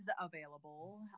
available